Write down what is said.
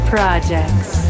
Projects